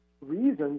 reasons